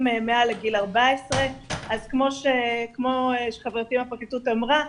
מעל גיל 14. אז כמו שחברתי מהפרקליטות אמרה,